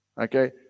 okay